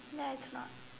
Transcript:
ya it's not